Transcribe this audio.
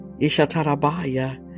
Ishatarabaya